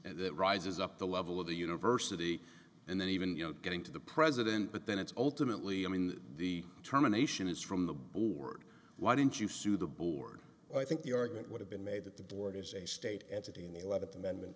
that rises up the level of the university and then even you know getting to the president but then it's ultimately i mean the terminations from the board why didn't you sue the board i think the argument would have been made that the board as a state entity in the eleventh amendment